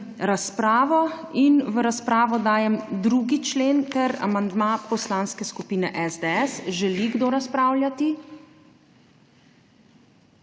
razpravo. V razpravo dajem 2. člen, ter amandma Poslanske skupine SDS. Želi kdo razpravljati?